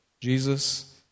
Jesus